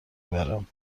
برم